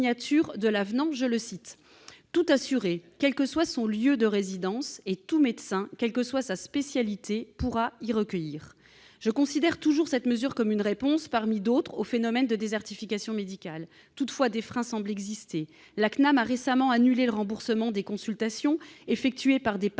de l'avenant :« Tout assuré, quel que soit son lieu de résidence, et tout médecin, quelle que soit sa spécialité, pourra y recourir. » Je considère toujours cette mesure comme une réponse, parmi d'autres, au phénomène de désertification médicale. Toutefois, des freins semblent exister. La CNAM a récemment annulé le remboursement des consultations effectuées par des patients